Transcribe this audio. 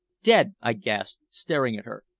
dead! i gasped, staring at her.